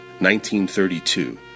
1932